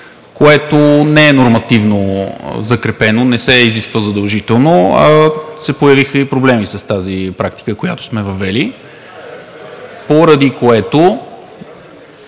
Това не е нормативно закрепено – не се изисква задължително, а се появиха и проблеми с практиката, която сме въвели, поради което